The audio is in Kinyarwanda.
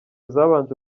zabanje